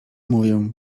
mówię